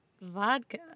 vodka